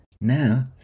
Now